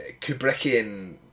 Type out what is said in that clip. Kubrickian